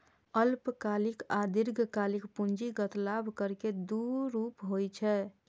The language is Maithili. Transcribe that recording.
अल्पकालिक आ दीर्घकालिक पूंजीगत लाभ कर के दू रूप होइ छै